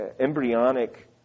embryonic